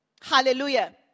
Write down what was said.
Hallelujah